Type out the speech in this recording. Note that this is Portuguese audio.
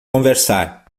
conversar